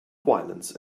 violence